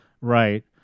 Right